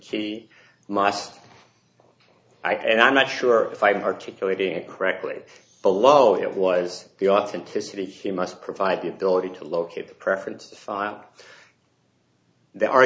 key must i and i'm not sure if i'm articulating it correctly below it was the authenticity he must provide the ability to locate the preference file they are